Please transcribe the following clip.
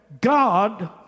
God